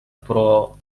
però